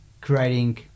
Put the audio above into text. creating